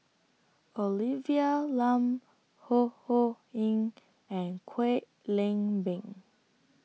Olivia Lum Ho Ho Ying and Kwek Leng Beng